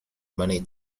money